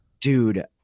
Dude